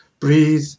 breathe